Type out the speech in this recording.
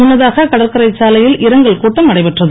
முன்னதாக கடற்கரை சாலையில் இரங்கல் கூட்டம் நடைபெற்றது